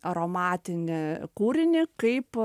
aromatinį kūrinį kaip